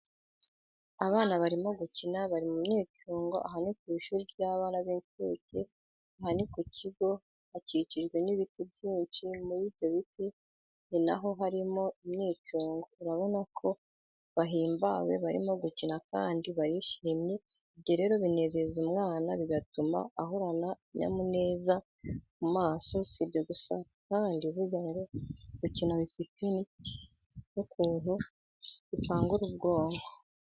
Bana barimo gukina bari mumyicungoaha nikwishuri ry,abana bincuke aha nikukigo hakikijwe nibiti byinshi muribyobiti ninaho harimo imyicunfo urabona ko bahimbawe barimo gukina kandi barishimye ibyo rero binezeza umwana bigatuma ahorana akanyamuneza kumaso sibyo gusa kandi burya ngo gukina bifite nukuntu bikangura ubwonko.